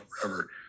forever